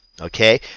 Okay